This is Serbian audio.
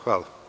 Hvala.